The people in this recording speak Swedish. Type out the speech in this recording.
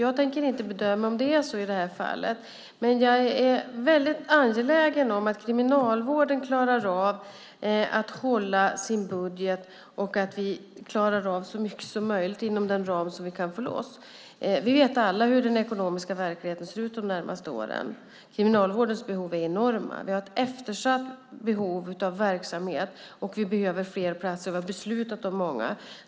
Jag tänker inte bedöma om det är så i det här fallet, men jag är väldigt angelägen om att Kriminalvården klarar av att hålla sin budget och att vi klarar av så mycket som möjligt inom den ram som vi kan få loss. Vi vet alla hur den ekonomiska verkligheten ser ut de närmaste åren. Kriminalvårdens behov är enorma. Vi har ett eftersatt behov av verksamhet, och vi behöver fler platser. Vi har också beslutat om många.